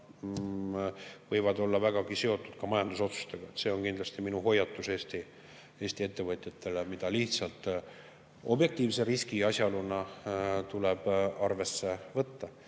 võivad olla vägagi seotud majandusotsustega. See on kindlasti minu hoiatus Eesti ettevõtjatele, mida lihtsalt objektiivse riskiasjaoluna tuleb arvesse võtta.